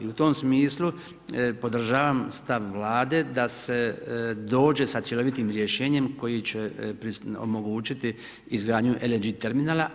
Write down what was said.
I u tom smislu podržavam stav Vlade da se dođe sa cjelovitim rješenjem koji će omogućiti izgradnju LNG terminala.